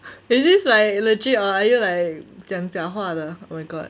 is this like legit or are you like 讲假话的 oh my god